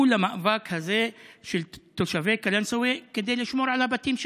למאבק הזה של תושבי קלנסווה כדי לשמור על הבתים שלהם.